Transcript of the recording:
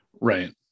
right